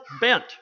bent